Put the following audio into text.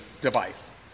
device